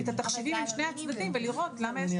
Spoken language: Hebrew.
את התחשיבים לשני הצדדים ולראות למה יש